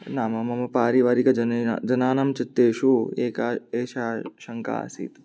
नाम मम पारिवारिकजने जनानां चित्तेषु एका एषा शङ्का आसीत्